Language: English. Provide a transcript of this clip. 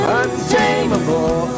untamable